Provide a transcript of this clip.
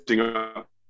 up